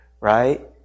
right